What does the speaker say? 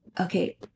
okay